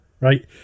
right